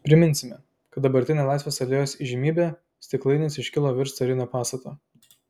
priminsime kad dabartinė laisvės alėjos įžymybė stiklainis iškilo virš carinio pastato